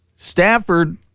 Stafford